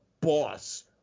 boss